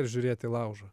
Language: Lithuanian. ir žiūrėt į laužą